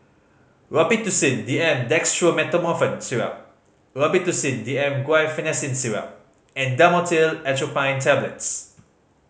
Robitussin D M Dextromethorphan Syrup Robitussin D M Guaiphenesin Syrup and Dhamotil Atropine Tablets